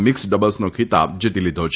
mix ડબલ્સનો ખિતાબ જીતી લીધો છે